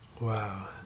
Wow